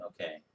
Okay